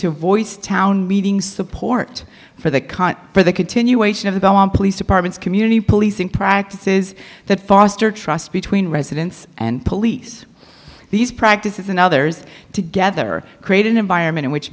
to avoid town meeting support for the current for the continuation of the home police departments community policing practices that foster trust between residents and police these practices and others together create an environment in which